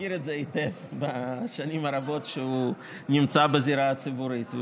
מכיר את זה היטב בשנים הרבות שהוא נמצא בזירה הציבורית.